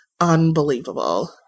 unbelievable